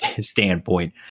standpoint